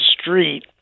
street